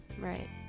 right